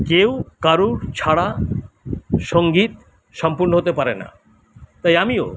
কেউ কারুর ছাড়া সঙ্গীত সম্পূর্ণ হতে পারে না তাই আমিও